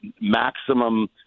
maximum